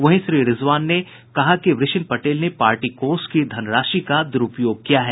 वहीं श्री रिजवान ने कहा कि वृषिण पटेल ने पार्टी कोष की धनराशि का दुरूपयोग किया है